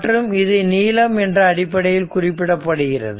மற்றும் இது நீளம் என்ற அடிப்படையில் குறிப்பிடப்படுகிறது